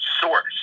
source